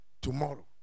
tomorrow